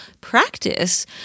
practice